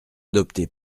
adopté